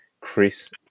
Chris